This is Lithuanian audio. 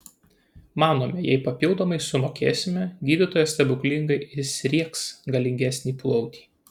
manome jei papildomai sumokėsime gydytojas stebuklingai įsriegs galingesnį plautį